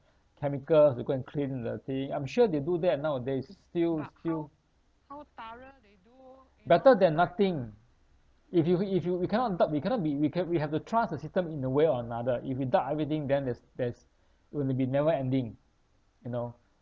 chemicals to go and clean the thing I'm sure they do that nowadays still still better than nothing if you if you we cannot doubt we cannot be we can we have to trust the system in a way or another if you doubt everything then there's there's it will be never ending you know